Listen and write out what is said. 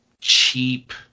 cheap